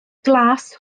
glas